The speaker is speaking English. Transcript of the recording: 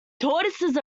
tortoises